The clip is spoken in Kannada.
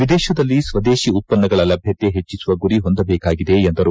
ವಿದೇಶದಲ್ಲಿ ಸ್ವದೇಶ ಉತ್ತನ್ನಗಳ ಲಭ್ಯತೆ ಹೆಚ್ಚಿಸುವ ಗುರಿ ಹೊಂದಜೇಕಾಗಿದೆ ಎಂದರು